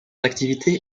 activité